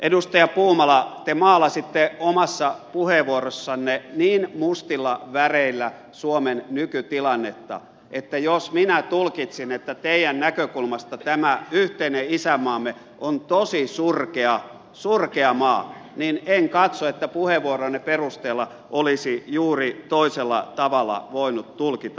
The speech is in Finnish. edustaja puumala te maalasitte omassa puheenvuorossanne niin mustilla väreillä suomen nykytilannetta että jos minä tulkitsin että teidän näkökulmastanne tämä yhteinen isänmaamme on tosi surkea maa niin en katso että puheenvuoronne perusteella olisi juuri toisella tavalla voinut tulkita